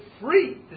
free